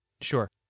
Sure